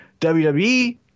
WWE